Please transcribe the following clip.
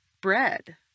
bread